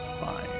fine